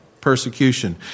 persecution